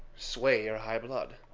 sway your high blood.